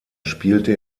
spielte